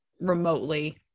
remotely